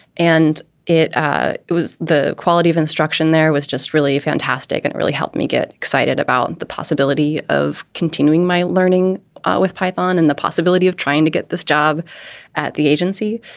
and it ah it was the quality of instruction there was just really fantastic and really helped me get excited about the possibility of continuing my learning with python and the possibility of trying to get this job at the agency.